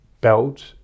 belt